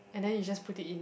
and then you just put it in